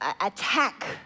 attack